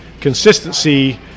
consistency –